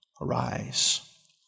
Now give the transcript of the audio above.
arise